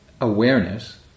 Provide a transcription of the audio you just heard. awareness